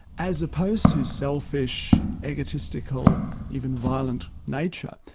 as opposed to selfish egotistical even violent nature,